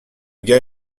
gars